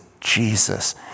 Jesus